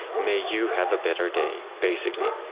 may you have a better day, basically.